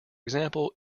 example